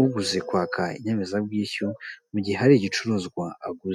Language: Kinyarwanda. uguze kwaka inyemezabwishyu, mu gihe hari igicuruzwa aguze.